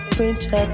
French